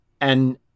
And-